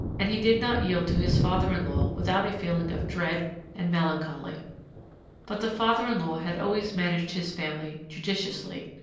and he did not yield to his father-in-law without a feeling of dread and melancholy but the father-in-law had always managed his family judiciously,